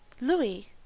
Louis